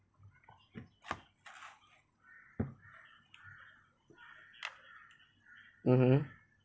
mmhmm